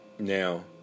now